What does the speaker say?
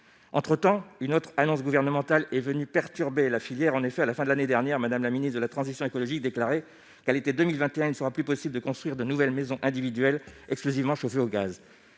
entre-temps, une autre annonce gouvernementale est venue perturber la filière en effet à la fin de l'année dernière Madame la ministre de la transition écologique déclaré qu'à l'été 2021, il ne sera plus possible de construire de nouvelles maisons individuelles exclusivement chauffés au gaz,